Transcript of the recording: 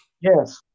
Yes